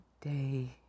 day